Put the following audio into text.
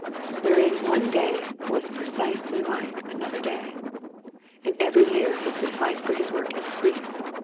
wherein one day was precisely like another day and every year his dislike for his work increased,